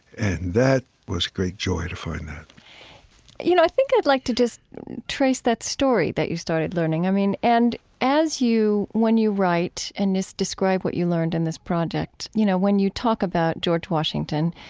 and that was a great joy, to find that you know, i think i'd like to just trace that story that you started learning, i mean and as you when you write and as you describe what you learned in this project, you know, when you talk about george washington,